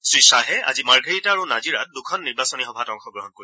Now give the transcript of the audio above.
শ্ৰীখাহে আজি মাৰ্ঘেবিটা আৰু নাজিৰাত দুখনকৈ নিৰ্বাচনী সভাত অংশগ্ৰহণ কৰিব